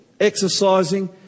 exercising